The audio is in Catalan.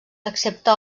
accepta